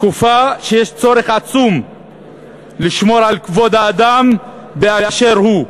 תקופה שיש צורך עצום לשמור על כבוד האדם באשר הוא,